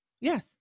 Yes